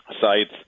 sites